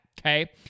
okay